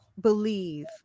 believe